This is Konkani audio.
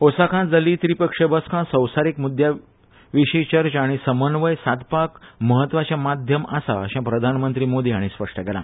ओसाकात जाल्ली त्रीपक्षीय बसका संसारीक म्द्द्दांविशी चर्चा आनी समन्वय साधपाक म्हत्वाचे माध्यम आसा अशें प्रधानमंत्री मोदी हांणी स्पष्ट केला